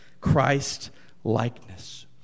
Christ-likeness